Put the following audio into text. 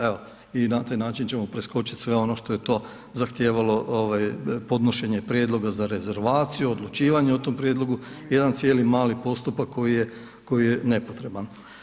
Evo i na taj način ćemo preskočit sve ono što je to zahtijevalo, podnošenje prijedloga za rezervaciju, odlučivanje o tom prijedlogu, jedan cijeli mali postupak koji je nepotreban.